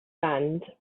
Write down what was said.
sand